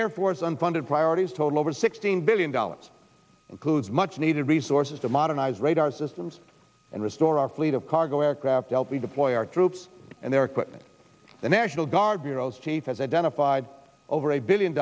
air force unfunded priorities total over sixteen billion dollars includes much needed resources to modernize radar systems and restore our fleet of cargo aircraft helping deploy our troops and their equipment the national guard bureau chief has identified over a billion